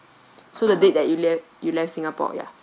so the date that you left you left singapore ya